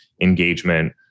engagement